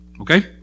Okay